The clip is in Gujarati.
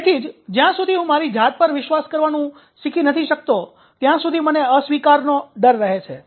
તેથી જ્યાં સુધી હું મારી જાત પર વિશ્વાસ કરવાનું શીખી નથી શકતો ત્યાં સુધી મને અસ્વીકારનો ડર રહે છે